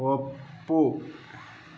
ಒಪ್ಪು